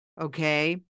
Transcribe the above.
Okay